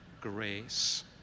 grace